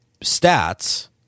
stats